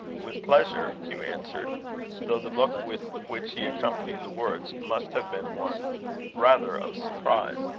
with pleasure, hugh answered though the look with which he accompanied the words, must have been one rather of surprise.